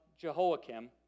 Jehoiakim